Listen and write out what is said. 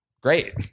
great